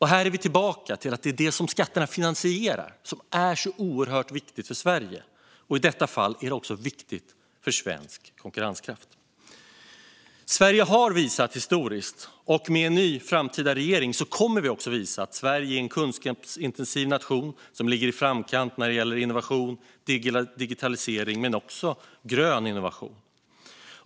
Här är vi tillbaka i att det är det som skatterna finansierar som är så oerhört viktigt för Sverige, och i detta fall är det också viktigt för svensk konkurrenskraft. Sverige har historiskt visat - och med en framtida ny regering kommer vi också att visa - att Sverige är en kunskapsintensiv nation som ligger i framkant när det gäller innovation, digitalisering och grön innovation.